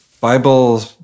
Bible